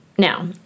Now